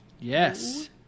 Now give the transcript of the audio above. Yes